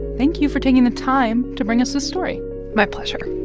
thank you for taking the time to bring us this story my pleasure